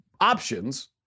options